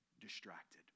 distracted